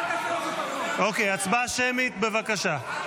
אוקיי, הצבעה שמית, בבקשה.